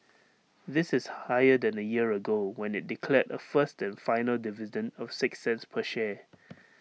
this is higher than A year ago when IT declared A first and final dividend of six cents per share